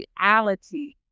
reality